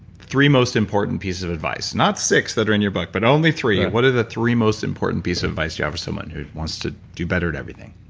three most important pieces of advice, not six that are in your book, but only three, what are the three most important pieces of advice you have for someone who wants to do better at everything?